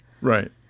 Right